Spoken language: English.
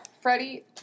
freddie